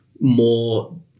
more